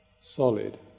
solid